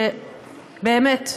שבאמת,